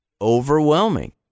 overwhelming